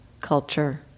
culture